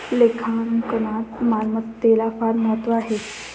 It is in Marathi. लेखांकनात मालमत्तेला फार महत्त्व आहे